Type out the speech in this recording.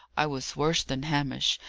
i was worse than hamish,